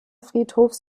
friedhofs